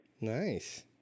Nice